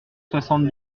soixante